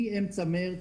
מאמצע חודש מארס,